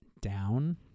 down